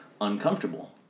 uncomfortable